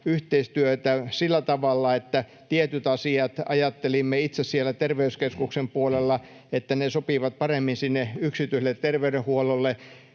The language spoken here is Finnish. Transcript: yhteistyötä sillä tavalla, että tietyistä asioista ajattelimme itse siellä terveyskeskuksen puolella, että ne sopivat paremmin sinne yksityiselle terveydenhuollolle,